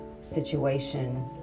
situation